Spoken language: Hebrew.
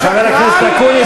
חבר הכנסת אקוניס,